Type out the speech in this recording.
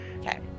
Okay